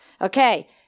Okay